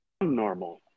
normal